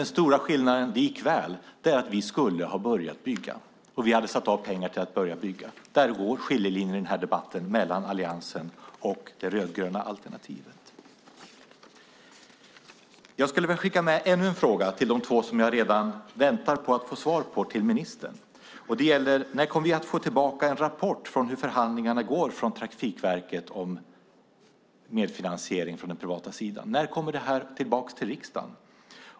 Den stora skillnaden är likväl att vi skulle ha börjat bygga och att vi hade satt av pengar till att börja bygga. Där går skiljelinjen i den här debatten mellan Alliansen och det rödgröna alternativet. Jag skulle vilja skicka med några frågor till ministern utöver de två frågor som jag redan nu väntar att få svar på: När kommer vi att få en rapport från Trafikverket om hur förhandlingarna går när det gäller medfinansiering från den privata sidan? När kommer detta tillbaka till riksdagen?